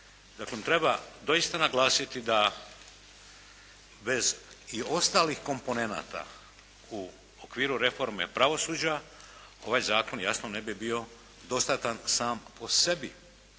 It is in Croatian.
treba doista naglasiti da bez i ostalih komponenata, u okviru reforme pravosuđa ovaj zakon jasno ne bi bio dostatan sam po sebi